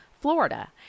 Florida